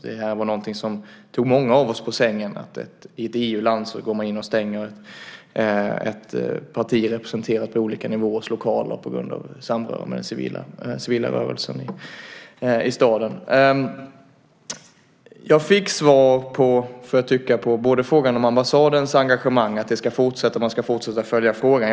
Detta var någonting som tog många av oss på sängen, att man i ett EU-land går in och stänger lokalerna för ett parti representerat på olika nivåer på grund av dess samröre med den civila rörelsen i staden. Jag fick svar på frågan om ambassadens engagemang - det ska fortsätta, och man ska fortsätta att följa frågan.